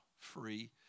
free